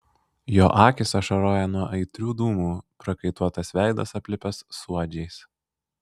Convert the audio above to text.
jo akys ašaroja nuo aitrių dūmų prakaituotas veidas aplipęs suodžiais